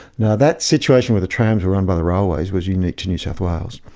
now that situation with the trams run by the railways, was unique to new south wales.